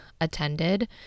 attended